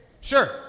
Sure